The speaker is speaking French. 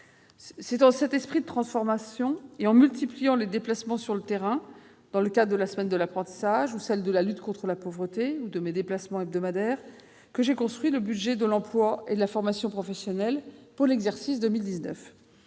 C'est dans cet esprit de transformation et en multipliant les déplacements sur le terrain dans le cadre de la semaine de l'apprentissage, de celle de la lutte contre la pauvreté, ou de mes déplacements hebdomadaires, que j'ai construit le budget de l'emploi et de la formation professionnelle pour l'exercice 2019.